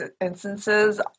instances